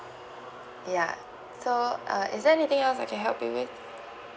ya so uh is there anything else I can help you with